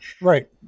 Right